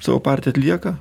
savo partiją atlieka